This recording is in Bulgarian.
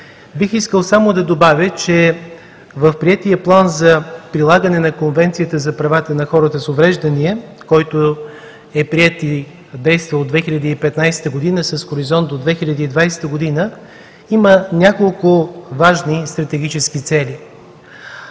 бих искал само да добавя, че в приетия План за прилагане на Конвенцията за правата на хората с увреждания, който е приет и действа от 2015 г., с хоризонт до 2020 г., има няколко важни стратегически цели.